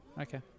Okay